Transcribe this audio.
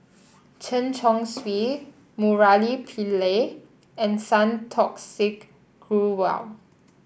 Chen Chong Swee Murali Pillai and Santokh Singh Grewal